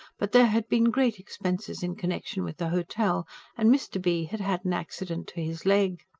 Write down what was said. but there had been great expenses in connection with the hotel and mr. b. had had an accident to his leg.